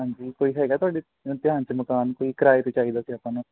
ਹਾਂਜੀ ਕੋਈ ਹੈਗਾ ਤੁਹਾਡੇ ਧਿਆਨ 'ਚ ਮਕਾਨ ਕੋਈ ਕਿਰਾਏ 'ਤੇ ਚਾਹੀਦਾ ਸੀ ਆਪਾਂ ਨੂੰ